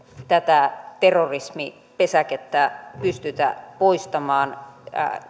tätä terrorismipesäkettä pystytä poistamaan